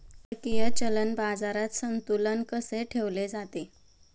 परकीय चलन बाजारात संतुलन कसे ठेवले जाते?